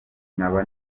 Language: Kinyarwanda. nkaba